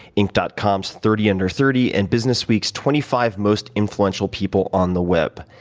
ink dot com s thirty under thirty, and business week's twenty five most influential people on the web.